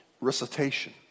Recitation